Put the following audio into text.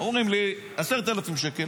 אומרים לי: 10,000 שקל,